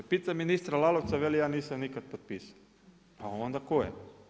Pitam ministra Lalovca, veli ja nisam nikada potpisao, pa onda tko je?